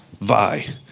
Vi